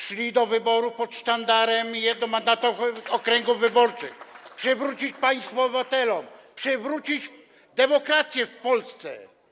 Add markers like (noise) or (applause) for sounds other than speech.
Szli do wyborów pod sztandarem jednomandatowych okręgów wyborczych: (applause) przywrócić państwo obywatelom, przywrócić demokrację w Polsce.